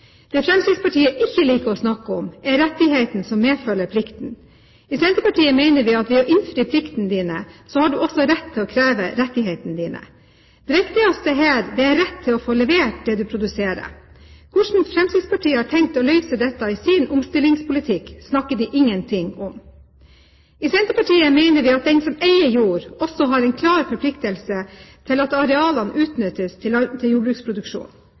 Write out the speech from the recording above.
Det Fremskrittspartiet ikke liker å snakke om, er rettighetene som medfølger pliktene. I Senterpartiet mener vi at ved å innfri pliktene dine, så har du også rett til å kreve rettighetene dine. Det viktigste her er rett til å få levert det du produserer. Hvordan Fremskrittspartiet har tenkt å løse dette i sin omstillingspolitikk, snakker de ingenting om. I Senterpartiet mener vi at den som eier jord, også har en klar forpliktelse til å utnytte arealene til jordbruksproduksjon.